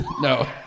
No